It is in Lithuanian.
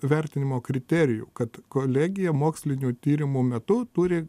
vertinimo kriterijų kad kolegija mokslinių tyrimų metu turi